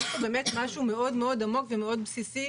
יש פה באמת משהו מאוד מאוד עמוק ומאוד בסיסי,